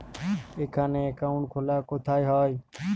এখানে অ্যাকাউন্ট খোলা কোথায় হয়?